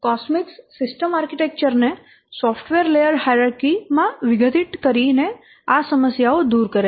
કોસ્મિક્સ system architecture ને software layer hierarchy માં વિઘટિત કરીને આ સમસ્યાઓ દૂર કરે છે